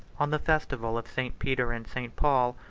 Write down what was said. on the festival of st. peter and st. paul,